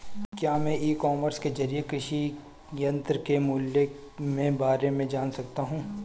क्या मैं e commerce के ज़रिए कृषि यंत्र के मूल्य में बारे में जान सकता हूँ?